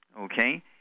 okay